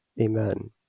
Amen